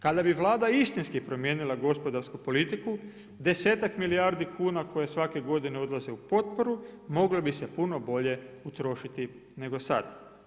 Kada bi Vlada istinski promijenila gospodarsku politiku desetak milijardi kuna koje svake godine odlaze u potporu mogle bi se puno bolje utrošiti nego sad.